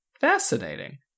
fascinating